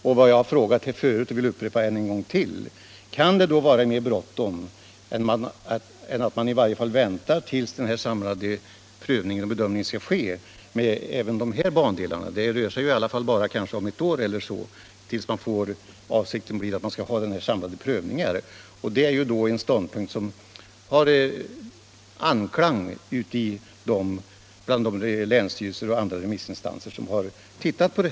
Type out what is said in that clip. Kan det då vara så bråttom med beslutet om dessa bandelar att man inte kan vänta på den samlade bedömningen? Det rör sig ju ändå bara om kanske ett år tills denna samlade prövning kan göras. Det är, som sagt, en ståndpunkt som har anklang hos de länsstyrelser och andra remissinstanser som har yttrat sig.